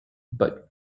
but